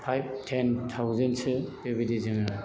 five ten thousand सो बेबायदि जोङो